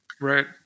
Right